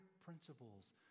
principles